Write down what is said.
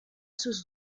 sus